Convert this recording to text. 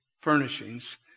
furnishings